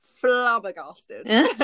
Flabbergasted